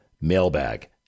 mailbag